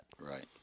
Right